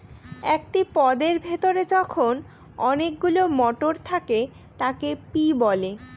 একটি পদের ভেতরে যখন অনেকগুলো মটর থাকে তাকে পি বলে